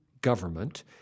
government